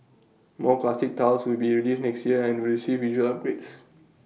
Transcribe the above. more classic titles will be released next year and receive visual upgrades